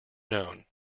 known